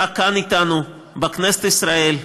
אתה כאן אתנו בכנסת ישראל.